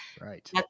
Right